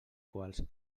quals